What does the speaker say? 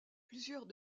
plusieurs